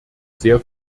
sehr